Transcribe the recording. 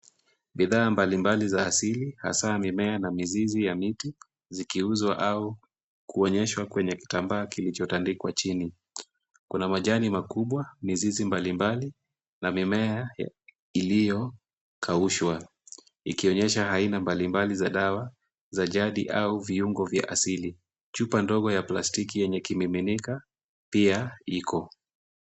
Bidhaa mbali mbali za asili hasa mimea na mizizi ya mti zikiuzwa, au kuonyeshwa kwenye kitambaa kilicho tandikwa chini. Kuna majani kubwa, mizizi mbali mbali, na mimea iliyokausha ikionyesha aina mbali mbali za madawa za jadi au viungo vya asili. Chupa ndogo ya pastiki yenye ikimiminika pia iko.